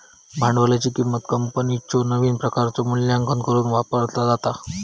भांडवलाची किंमत कंपनीच्यो नवीन प्रकल्पांचो मूल्यांकन करुक वापरला जाता